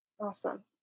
Awesome